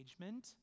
engagement